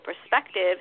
perspective